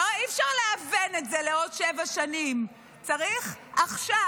אי-אפשר להוון את זה לעוד שבע שנים, צריך עכשיו.